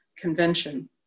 Convention